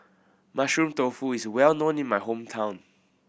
Mushroom Tofu is well known in my hometown